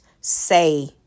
say